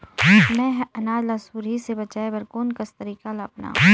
मैं ह अनाज ला सुरही से बचाये बर कोन कस तरीका ला अपनाव?